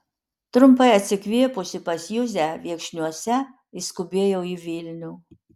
trumpai atsikvėpusi pas juzę viekšniuose išskubėjo į vilnių